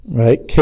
right